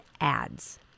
ads